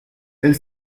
elle